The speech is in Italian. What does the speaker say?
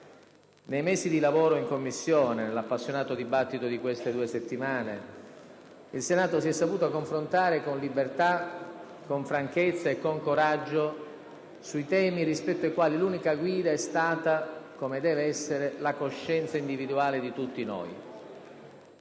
Nei mesi di lavoro in Commissione e nell'appassionato dibattito di queste due settimane, il Senato si è saputo confrontare con libertà, con franchezza e con coraggio su temi rispetto ai quali l'unica guida è stata, come deve essere, la coscienza individuale di tutti noi.